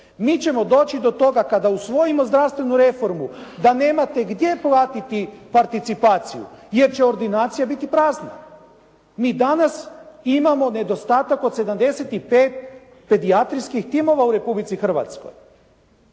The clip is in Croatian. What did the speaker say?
Mi ćemo doći do toga kada usvojimo zdravstvenu reformu da nemate gdje platiti participaciju jer će ordinacija biti prazna. Mi danas imamo nedostatak od 75 pedijatrijskih timova u Republici Hrvatskoj.